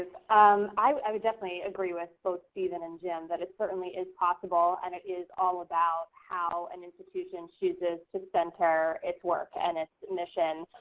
um i would definitely agree with both steven and jim that it certainly is possible and it is all about how an institution chooses to center its work and its mission.